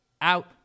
out